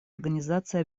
организации